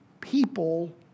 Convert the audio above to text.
people